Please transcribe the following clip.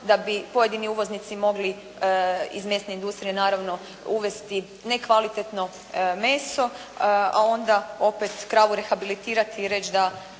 da bi pojedini uvoznici mogli iz mesne industrije naravno uvesti nekvalitetno meso, a onda opet kravu rehabilitirati i reći da